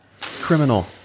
Criminal